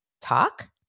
Talk